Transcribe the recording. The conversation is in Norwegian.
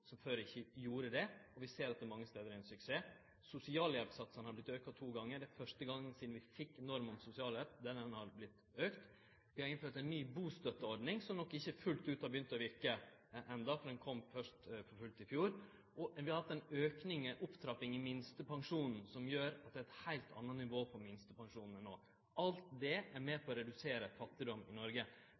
før ikkje gjorde det. Vi ser at det mange stader er ein suksess. Sosialhjelpssatsane har vorte auka to gonger, det er første gongen sidan vi fekk norm om sosialhjelp at dei har vorte auka. Vi har innført ei ny bustøtteordning, som nok ikkje fullt ut har begynt å verke enno, for ho kom først for fullt i fjor. Og vi har hatt ei opptrapping av minstepensjonen som gjer at det er eit heilt anna nivå på minstepensjonane no. Alt dette er med på å redusere fattigdom i Noreg.